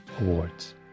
awards